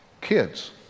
kids